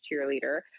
cheerleader